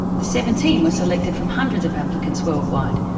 the seventeen were selected from hundreds of applicants worldwide.